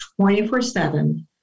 24-7